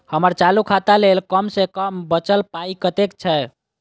हम्मर चालू खाता लेल कम सँ कम बचल पाइ कतेक छै?